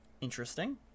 interesting